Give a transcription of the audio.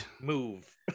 move